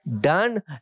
done